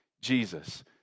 Jesus